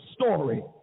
story